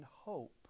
hope